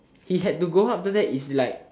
he had to go home after that it's like